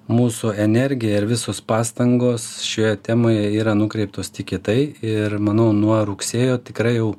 mūsų energija ir visos pastangos šioje temoje yra nukreiptos tik į tai ir manau nuo rugsėjo tikrai jau